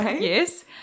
Yes